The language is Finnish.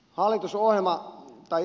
arvoisa puhemies